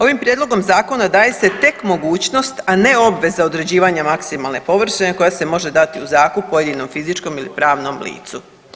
Ovim prijedlogom zakona daje se tek mogućnost, a ne obveza određivanja maksimalne površine koja se može dati u zakup pojedinom fizičkom ili pravnom licu.